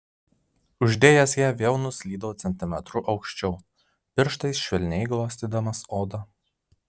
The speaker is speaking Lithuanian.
uždėjęs ją vėl nuslydau centimetru aukščiau pirštais švelniai glostydamas odą